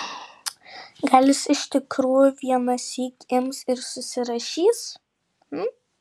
gal jis iš tikrųjų vienąsyk ims ir susirašys